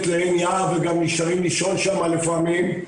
לעין יהב וגם נשארים לישון שמה לפעמים,